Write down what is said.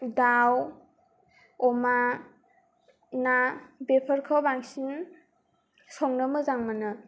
दाउ अमा ना बेफोरखौ बांसिन संनो मोजां मोनो